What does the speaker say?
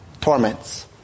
torments